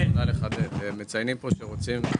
מציינים כאן שירותים.